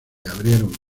abrieron